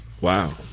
Wow